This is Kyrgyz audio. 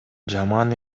жаман